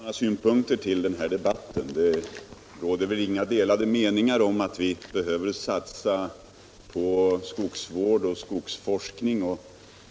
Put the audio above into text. Herr talman! Bara några synpunkter i anslutning till denna debatt. Det råder väl inga delade meningar om att vi behöver satsa på skogsvård och skogsforskning.